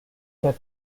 their